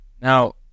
Now